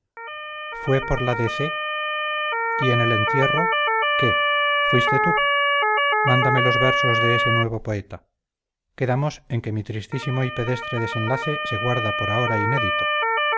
fue por la de c y en el entierro qué fuiste tú mándame los versos de ese nuevo poeta quedamos en que mi tristísimo y pedestre desenlace se guarda por ahora inédito